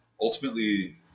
ultimately